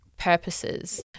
Purposes